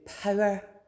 power